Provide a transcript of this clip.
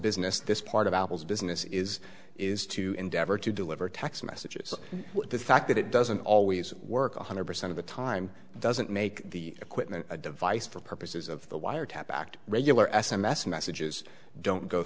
business this part of apple's business is is to endeavor to deliver text messages the fact that it doesn't always work one hundred percent of the time doesn't make the equipment a device for purposes of the wiretap act regular s m s messages don't go